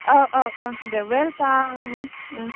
Day welcome